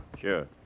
Sure